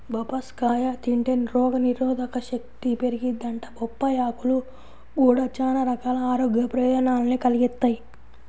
బొప్పాస్కాయ తింటే రోగనిరోధకశక్తి పెరిగిద్దంట, బొప్పాయ్ ఆకులు గూడా చానా రకాల ఆరోగ్య ప్రయోజనాల్ని కలిగిత్తయ్